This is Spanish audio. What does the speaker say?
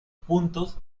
puntos